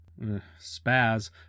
Spaz